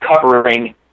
covering